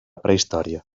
prehistòria